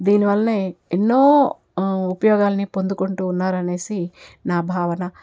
దీనివలెనే ఎన్నో ఉపయోగాలని పొందుకుంటూ ఉన్నారు అనేసి నా భావన